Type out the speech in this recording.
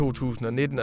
2019